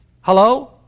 Hello